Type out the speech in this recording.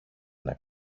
ένα